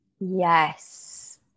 Yes